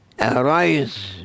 arise